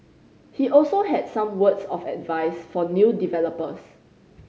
he also had some words of advice for new developers